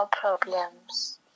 problems